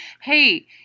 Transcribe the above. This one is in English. hey